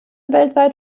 weltweit